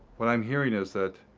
what i'm hearing is that,